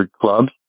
clubs